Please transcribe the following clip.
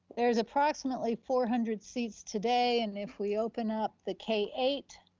there's approximately four hundred seats today and if we open up the k eight,